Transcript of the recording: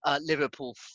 Liverpool